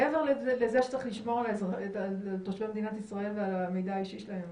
מעבר לזה שצריך לשמור על תושבי מדינת ישראל ועל המידע שלהם,